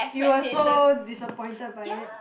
you were so disappointed by it